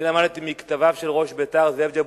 אני למדתי מכתביו של ראש בית"ר, זאב ז'בוטינסקי,